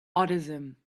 autism